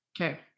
Okay